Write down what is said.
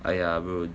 !aiya! bro